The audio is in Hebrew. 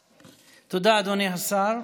תודה, אדוני השר.